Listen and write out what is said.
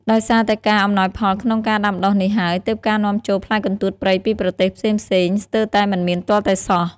ដោយសារតែការអំណោយផលក្នុងការដាំដុះនេះហើយ ទើបការនាំចូលផ្លែកន្ទួតព្រៃពីប្រទេសផ្សេងៗស្ទើរតែមិនមានទាល់តែសោះ។